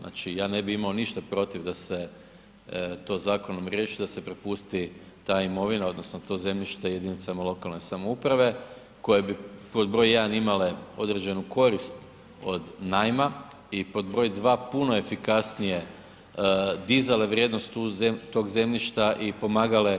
Znači ja ne bi imao ništa protiv da se to zakonom riješi, da se prepusti ta imovina odnosno to zemljište jedinicama lokalne samouprave koje bi pod br. 1 imale određenu korist od najma i pod br. 2 puno efikasnije dizale vrijednost tog zemljišta i pomagale